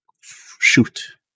shoot